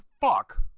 fuck